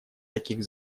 таких